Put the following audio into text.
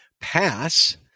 pass